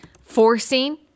forcing